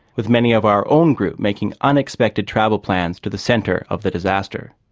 with many of our own group making unexpected travel plans to the centre of the disaster.